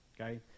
okay